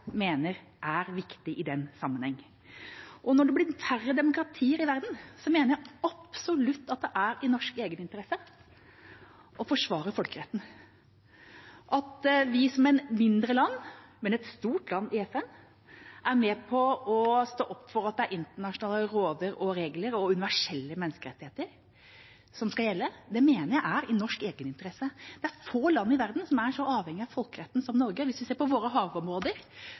absolutt det er i norsk egeninteresse å forsvare folkeretten. At vi som et mindre land, men et stort land i FN, er med på å stå opp for at det er internasjonale lover og regler og universelle menneskerettigheter som skal gjelde, mener jeg er i norsk egeninteresse. Det er få land i verden som er så avhengig av folkeretten som Norge. Hvis vi ser på våre havområder: